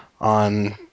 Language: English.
on